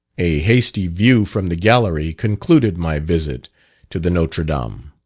a hasty view from the gallery concluded my visit to the notre dame.